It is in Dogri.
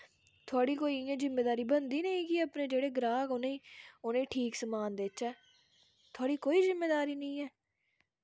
थोआढ़ी कोई इ'यां जिम्मेदारी बनदी गै निं ही कि अपने जेह्ड़े ग्राह्क उ'नें ठीक समान देच्चै थोआढ़ी कोई जिम्मेदारी निं ऐ